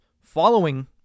following